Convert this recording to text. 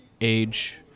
age